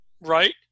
right